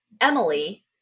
Emily